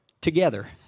Together